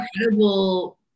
incredible